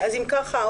אם ככה,